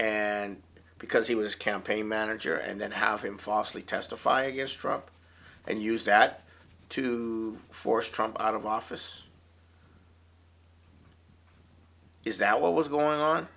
and because he was campaign manager and then have him fosli testify against drug and use that to force trump out of office is that what was going on